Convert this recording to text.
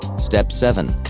step seven.